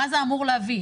מה זה אמור להביא.